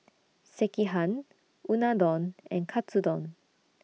Sekihan Unadon and Katsudon